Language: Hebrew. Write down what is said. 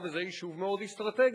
וזה יישוב מאוד אסטרטגי,